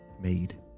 made